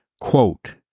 quote